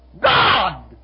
God